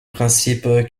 principe